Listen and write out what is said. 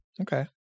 Okay